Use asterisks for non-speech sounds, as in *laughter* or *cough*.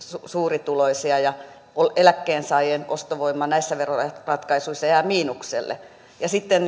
suurituloisia ja eläkkeensaajien ostovoima näissä veroratkaisuissa jää miinukselle sitten *unintelligible*